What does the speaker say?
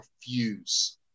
refuse